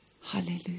Hallelujah